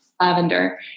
lavender